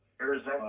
Arizona